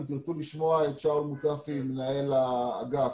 אם תרצו לשמוע את שאול מוצפי, מנהל האגף,